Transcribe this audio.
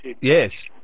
Yes